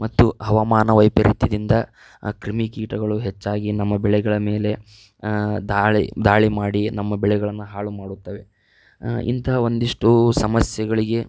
ಮತ್ತು ಹವಾಮಾನ ವೈಪರೀತ್ಯದಿಂದ ಕ್ರಿಮಿಕೀಟಗಳು ಹೆಚ್ಚಾಗಿ ನಮ್ಮ ಬೆಳೆಗಳ ಮೇಲೆ ದಾಳಿ ದಾಳಿ ಮಾಡಿ ನಮ್ಮ ಬೆಳೆಗಳನ್ನು ಹಾಳು ಮಾಡುತ್ತವೆ ಇಂಥ ಒಂದಿಷ್ಟು ಸಮಸ್ಯೆಗಳಿಗೆ